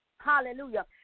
Hallelujah